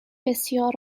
بسیار